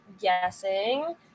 guessing